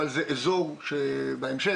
אבל זה אזור שבהמשך